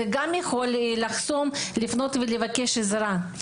זה גם יכול לחסום מלפנות לבקש עזרה.